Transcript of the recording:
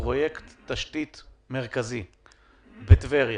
פרויקט תשתית מרכזי בטבריה,